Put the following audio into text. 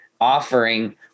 offering